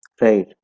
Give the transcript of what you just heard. Right